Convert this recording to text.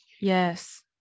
yes